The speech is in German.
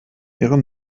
ihre